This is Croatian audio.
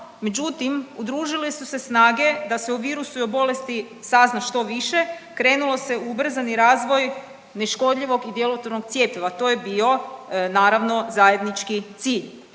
međutim udružile su se snage da se o virusu i o bolesti sazna što više. Krenulo se u ubrzani razvoj neškodljivog i djelotvornog cjepiva. To je bio naravno zajednički cilj